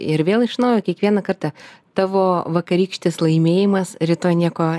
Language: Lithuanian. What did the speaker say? ir vėl iš naujo kiekvieną kartą tavo vakarykštis laimėjimas rytoj nieko